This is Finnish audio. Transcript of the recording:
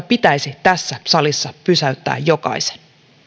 pitäisi tässä salissa pysäyttää jokaisen